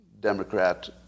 Democrat